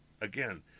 again